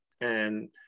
And-